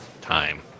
time